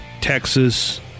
Texas